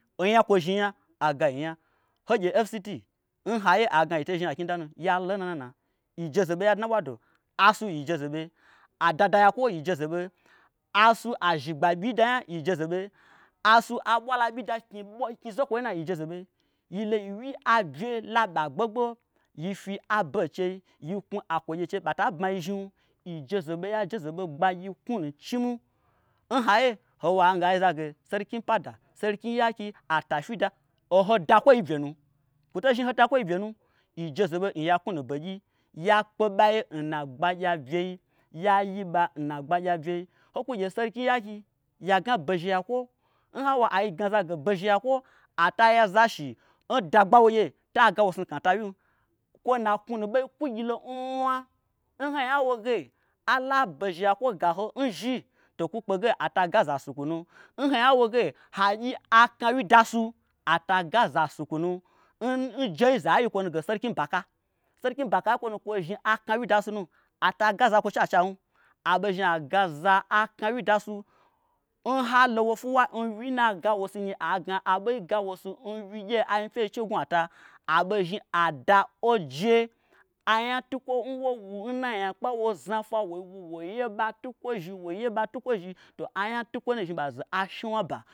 Onya nkwo zhni yi nya agayi yi nya hogye fct nhaiye agna yitei zhni aknyi danu yalo nnanana yijezeɓe yadna ɓwado asu yi jezeɓe adada yakwo yijezeɓe asu azhigba ɓyida nya yijezeɓe asu aɓwalaɓyi da knyi bwa knyi zokwoyi nua yi jezebe yilo yiwyi aɓye laɓa gbogbo yi fyi abe nchei yiknwu akwogye chei ɓata bmanyi zhnim yijezebe yajezeɓe gbagyi knwunu chimi nhaiye hawo ai yiza ge sarkin pada sarkin yaki atafida oho dakwoi byenu kwoto zhni ho dakwoi byenu yijezebe n yi'a knwunu begyi yakpe ɓaye nna gbagyia byei ya yiɓa nnagbagyia ɓyei hokwugye sarkin yaki yagna bezhe yakwo n hawo agnaza ge bezhe yakwo ata yaza shi n dagba wogye to agawo snukna tawyim kwo nna knwunu ɓei kwugyilo nmwa nhoinya woge ala bezhe yakwo gaho n zhi to kwu kpege ata ga zasukwunum n hoinya woge hagyi aknawyi da su ata ga zasukwu num njeiza yi kwo ge sarkin baka sarkin bakai nkwonu kwo zhni aknawyi dasunu ata gazakwo chachan aɓei zhni agaza aknawyi dasu n halowo fwuwa nwyii nna gawosu nyi ai gna abei gawo su n wyigyei anyipyei che ngnwu ata aɓozhni ada oje anya tukwo nwowu nna nyakpa nwo znafwa woi wu woi yeba tukwo zhi to anya tukwoi nu zhni ba ze ashnuwna ɓa.